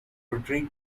retreat